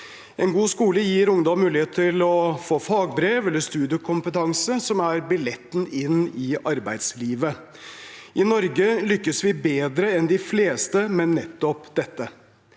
En god skole gir ungdom mulighet til å få fagbrev eller studiekompetanse, som er billetten inn i arbeidslivet. I Norge lykkes vi bedre enn de fleste med nettopp dette.